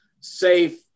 safe